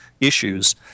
issues